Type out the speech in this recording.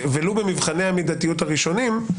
ולו במבחני המידתיות הראשונים?